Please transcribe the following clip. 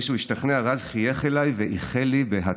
אחרי שהוא השתכנע רז חייך אליי ואיחל לי הצלחה.